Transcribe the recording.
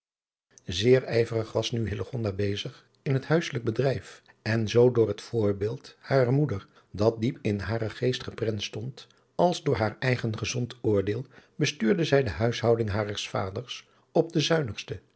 zeer ijverig was nu hillegonda bezig in het huisselijk bedrijf en zoo door het voorbeeld harer moeder dat diep in haren geest geprent stond als door haar eigen gezond oordeel bestuurde zij de huishouding hares vaders op de